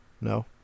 No